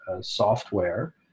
software